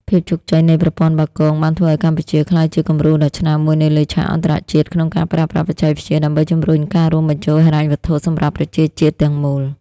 ភាពជោគជ័យនៃប្រព័ន្ធបាគងបានធ្វើឱ្យកម្ពុជាក្លាយជាគំរូដ៏ឆ្នើមមួយនៅលើឆាកអន្តរជាតិ ក្នុងការប្រើប្រាស់បច្ចេកវិទ្យាដើម្បីជម្រុញការរួមបញ្ចូលហិរញ្ញវត្ថុសម្រាប់ប្រជាជាតិទាំងមូល។